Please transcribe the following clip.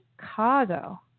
Chicago